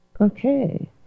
Okay